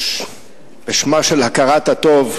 בשמה של הכרת הטוב,